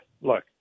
look